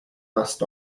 must